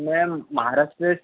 ma'am Maharashtra